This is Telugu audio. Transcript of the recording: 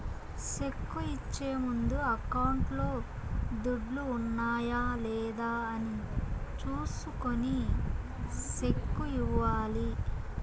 సెక్కు ఇచ్చే ముందు అకౌంట్లో దుడ్లు ఉన్నాయా లేదా అని చూసుకొని సెక్కు ఇవ్వాలి